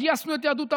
גייסנו את יהדות העולם.